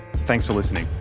thanks for listening